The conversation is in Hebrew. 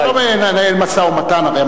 אבל אתה לא מנהל-משא-ומתן הרי.